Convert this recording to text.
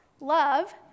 Love